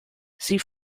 sie